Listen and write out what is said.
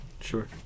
Sure